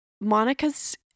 Monica's